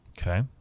Okay